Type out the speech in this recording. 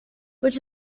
which